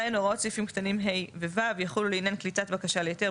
הוראות סעיפים קטנים (ה) ו-(ו) יחולו לעניין קליטת בקשה להיתר,